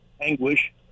anguish